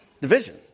Division